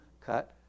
cut